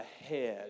ahead